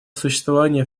существования